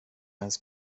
ens